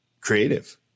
creative